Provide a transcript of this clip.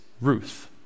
Ruth